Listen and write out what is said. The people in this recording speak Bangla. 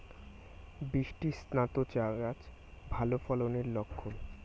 বৃষ্টিস্নাত চা গাছ ভালো ফলনের লক্ষন